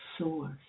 source